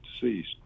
deceased